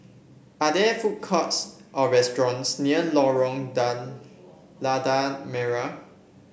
are there food courts or restaurants near Lorong Lada Merah